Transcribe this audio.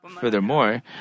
Furthermore